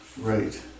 Right